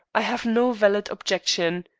i have no valid objection.